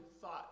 thought